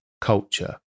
culture